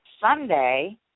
Sunday